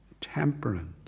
temperance